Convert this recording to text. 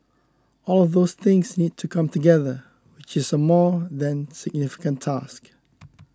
all of those things need to come together which is a more than significant task